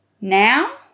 Now